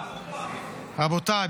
רבותיי,